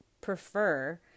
prefer